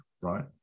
right